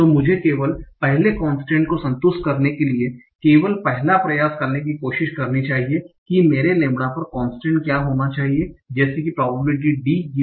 तो मुझे केवल पहले कोंसट्रेंट को संतुष्ट करने के लिए केवल पहला प्रयास करने की कोशिश करनी चाहिए कि मेरे लैम्ब्डा पर कोंसट्रेंट क्या होना चाहिए जैसे कि प्रोबेबिलिटी D